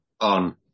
on